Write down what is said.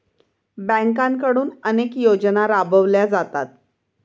बँकांकडून अनेक योजना राबवल्या जातात